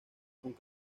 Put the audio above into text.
con